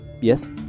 Yes